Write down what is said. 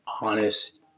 honest